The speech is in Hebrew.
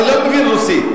אני לא מבין רוסית.